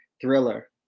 Thriller